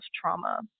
trauma